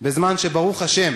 בזמן שברוך השם